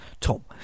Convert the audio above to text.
Tom